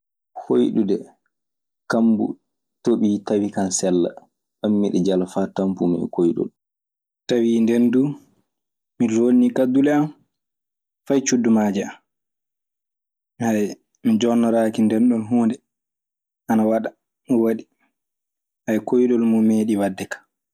Hoyɗude kammɓu toɓii tawi kan sella. Ɓammi miɗe jala faa tanpumi e koyɗol, tawii nden duu mi loonii kaddule am fay cuddumaaje am. mi jonnoraaki nden ɗoo huunde ana waɗa-waɗi koyɗol mum meeɗi wadde kam.